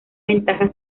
ventaja